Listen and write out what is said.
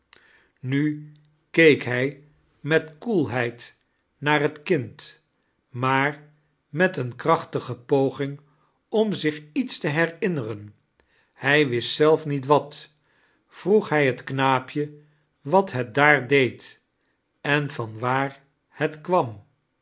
nu keek hij met koelheid naar het kind maar met eerie krachtige poging om zich iets te herinneren hij wist zelf niet wat vroeg hij het knaapje wat het daar deed en van waar het kwam